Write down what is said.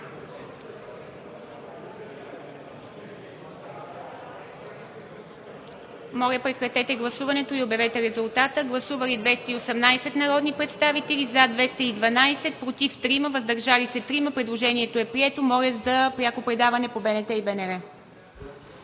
за пряко предаване по БНТ и БНР. Гласували 218 народни представители: за 212, против 3, въздържали се 3. Предложението е прието. Моля за пряко предаване по БНТ и БНР.